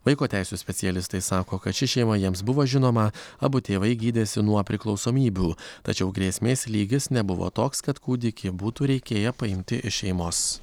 vaiko teisių specialistai sako kad ši šeima jiems buvo žinoma abu tėvai gydėsi nuo priklausomybių tačiau grėsmės lygis nebuvo toks kad kūdikį būtų reikėję paimti iš šeimos